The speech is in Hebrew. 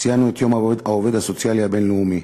ציינו את יום העובד הסוציאלי הבין-לאומי.